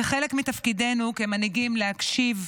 זה חלק מתפקידנו כמנהיגים להקשיב,